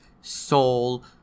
soul